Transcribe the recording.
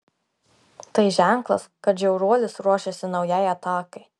tai ženklas kad žiauruolis ruošiasi naujai atakai